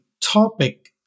topic